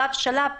שלב-שלב,